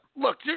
Look